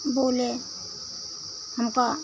बोले हम पा